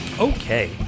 Okay